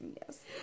Yes